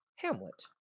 Hamlet